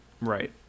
right